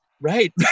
Right